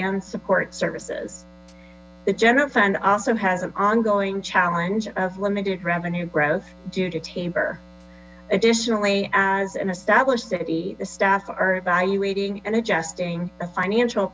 and support services the general fund also has an ongoing challenge of limited revenue growth due tabor additionally as an established city staff are evaluating ad adjusting the financial